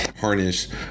harness